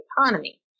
economy